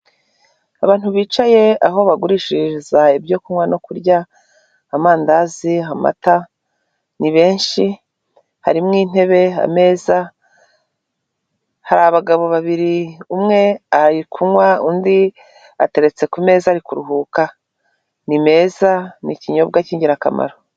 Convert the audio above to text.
Abantu bicaye aho bagurishiriza ibyo kunywa no kurya, amandazi, amata, ni benshi harimo intebe, ameza, hari abagabo babiri umwe ari kunywa undi ateretse ku meza ari kuruhuka ni meza ni ikinyobwa cy'ingirakamaro.